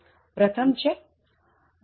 પ્રથમ છે dailywritingtips